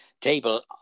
table